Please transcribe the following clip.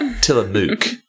Tillamook